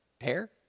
hair